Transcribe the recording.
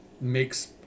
makes